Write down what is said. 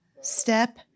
Step